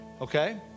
okay